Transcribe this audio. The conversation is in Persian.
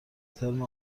ترم